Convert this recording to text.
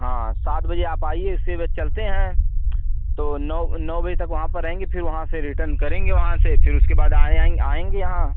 हाँ सात बजे आप आइए इससे वे चलते हैं तो नौ नौ बजे तक वहाँ पर रहेंगे फिर वहाँ से रिटन करेंगे वहाँ से फिर उसके बाद आए आएँगे यहाँ